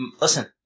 listen